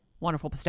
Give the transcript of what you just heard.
wonderful